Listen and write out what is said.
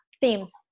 themes